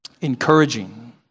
encouraging